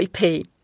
IP